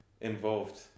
involved